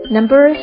Number